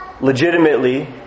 legitimately